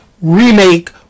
remake